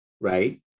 right